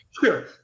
Sure